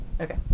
okay